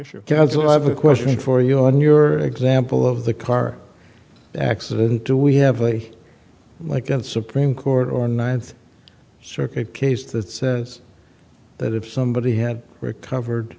counsel i have a question for you on your example of the car accident do we have a day like that supreme court or ninth circuit case that says that if somebody had recovered